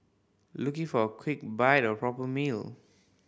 looking for a quick bite or a proper meal